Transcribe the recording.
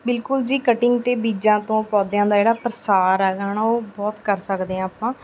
ਬਿਲਕੁਲ ਜੀ ਕਟਿੰਗ ਅਤੇ ਬੀਜਾਂ ਤੋਂ ਪੌਦਿਆਂ ਦਾ ਜਿਹੜਾ ਪ੍ਰਸਾਰ ਹੈਗਾ ਨਾ ਉਹ ਬਹੁਤ ਕਰ ਸਕਦੇ ਹਾਂ ਆਪਾਂ